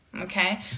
Okay